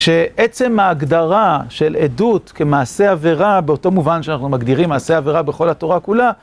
שעצם ההגדרה של עדות כמעשה עבירה, באותו מובן שאנחנו מגדירים מעשה עבירה בכל התורה כולה,